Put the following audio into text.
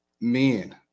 men